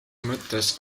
mõttes